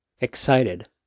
excited